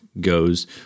goes